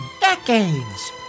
decades